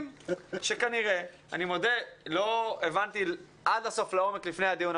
לא הבנתי עד הסוף לעומק לפני הדיון,